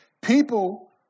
people